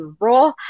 raw